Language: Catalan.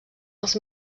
els